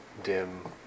dim